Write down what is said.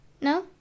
No